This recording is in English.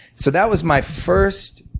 so that was my first